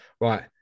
Right